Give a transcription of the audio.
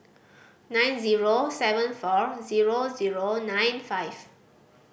nine zero seven four zero zero nine five